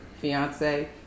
fiance